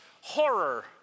horror